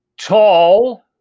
Tall